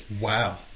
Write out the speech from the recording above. Wow